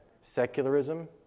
secularism